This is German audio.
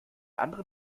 anderen